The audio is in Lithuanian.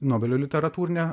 nobelio literatūrinę